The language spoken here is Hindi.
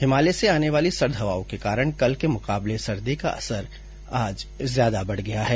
हिमालय से आने वाली सर्द हवाओं के कारण कल के मुकाबले सर्दी का असर आज ज्यादा बढ गया है